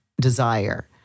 desire